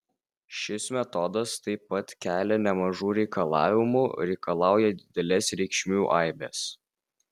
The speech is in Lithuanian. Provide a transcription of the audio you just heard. šis metodas taip pat kelia nemažų reikalavimų reikalauja didelės reikšmių aibės